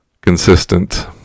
consistent